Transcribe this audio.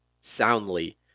soundly